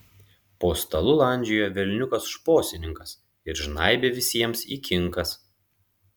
po stalu landžiojo velniukas šposininkas ir žnaibė visiems į kinkas